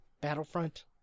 Battlefront